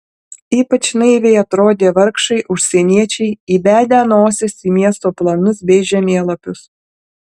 ypač naiviai atrodė vargšai užsieniečiai įbedę nosis į miesto planus bei žemėlapius